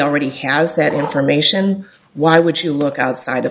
already has that information why would you look outside